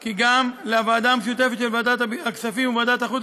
כי גם לוועדה המשותפת של ועדת הכספים וועדת החוץ